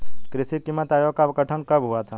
कृषि कीमत आयोग का गठन कब हुआ था?